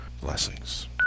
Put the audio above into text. blessings